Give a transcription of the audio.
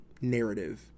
narrative